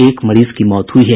एक मरीज की मौत हुई है